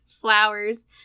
flowers